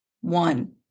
One